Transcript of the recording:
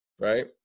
right